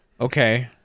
Okay